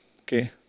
okay